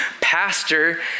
pastor